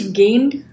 gained